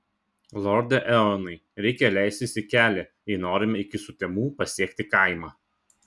lorde eonai reikia leistis į kelią jei norime iki sutemų pasiekti kaimą